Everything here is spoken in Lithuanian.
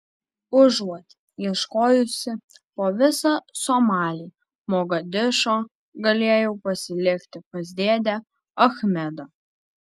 užuot ieškojusi po visą somalį mogadišo galėjau pasilikti pas dėdę achmedą